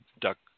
duck